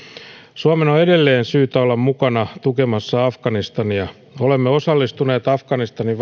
suomen on on edelleen syytä olla mukana tukemassa afganistania olemme osallistuneet afganistanin